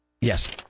Yes